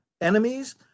enemies